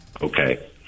Okay